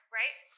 right